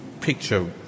picture